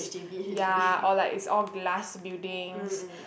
ya or like is all glass buildings